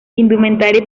indumentaria